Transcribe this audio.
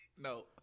No